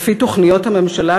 לפי תוכניות הממשלה,